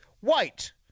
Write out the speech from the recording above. white